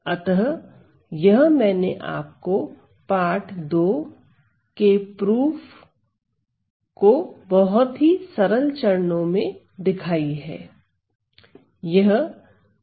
अतः यह मैंने आपको पार्ट 2 की उत्पत्ति बहुत ही सरल चरणों में दिखाई है